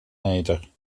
meter